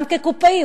גם כקופאי,